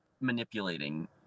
manipulating